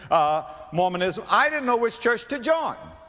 ah, mormonism. i didn't know which church to join.